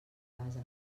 base